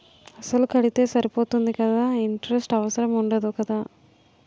అసలు కడితే సరిపోతుంది కదా ఇంటరెస్ట్ అవసరం ఉండదు కదా?